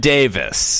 Davis